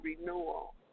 renewal